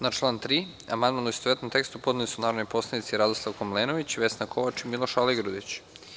Na član 3. amandman u istovetnom tekstu podneli su narodni poslanici Radoslav Komlenović, Vesna Kovač i Miloš Aligrudić.